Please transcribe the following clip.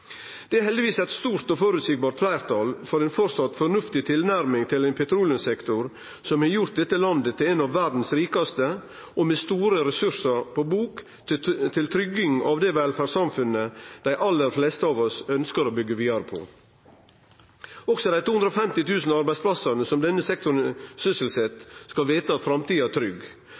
Det er heldigvis eit stort og føreseieleg fleirtal for ei fornuftig tilnærming også i framtida til ein petroleumssektor som har gjort dette landet til eit av verdas rikaste, og med store ressursar på bok til trygging av det velferdssamfunnet dei aller fleste av oss ønskjer å byggje vidare på. Også dei 250 000 arbeidsplassane som denne sektoren sysselset, skal vite at framtida er trygg.